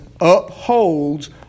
upholds